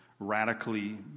radically